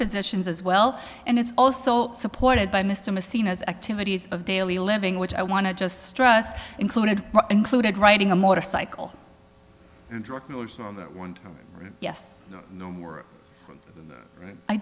physicians as well and it's also supported by mr mistiness activities of daily living which i want to just stress included included riding a motorcycle yes